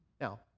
Now